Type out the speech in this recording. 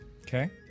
Okay